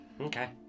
Okay